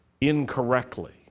incorrectly